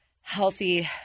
healthy